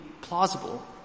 plausible